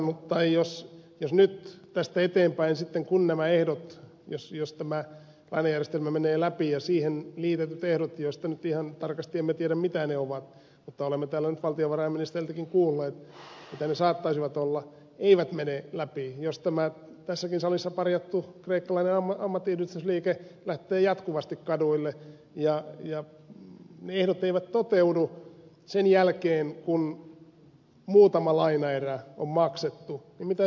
tai jos nyt tästä eteenpäin sitten jos tämä lainajärjestelmä menee läpi ja siihen liitetyt ehdot joista nyt ihan tarkasti emme tiedä mitä ne ovat mutta olemme täällä nyt valtiovarainministeriltäkin kuulleet mitä ne saattaisivat olla eivät mene läpi jos tämä tässäkin salissa parjattu kreikkalainen ammattiyhdistysliike lähtee jatkuvasti kaduille ja ne ehdot eivät toteudu sen jälkeen kun muutama lainaerä on maksettu mitä sitten tehdään